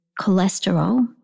cholesterol